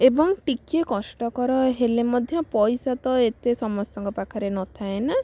ଏବଂ ଟିକେ କଷ୍ଟକର ହେଲେ ମଧ୍ୟ ପଇସା ତ ଏତେ ସମସ୍ତଙ୍କ ପାଖରେ ନଥାଏ ନା